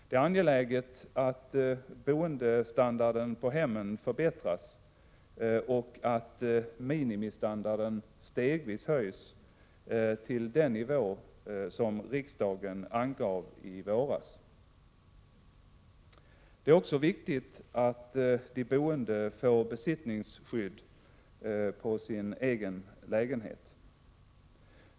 Det är angeläget att boendestandarden på hemmen förbättras och att minimistandarden stegvis höjs till den nivå som riksdagen angav i våras. Det är också viktigt att de boende får besittningsskydd på sin egen bostad.